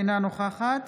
אינה נוכחת